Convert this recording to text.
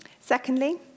Secondly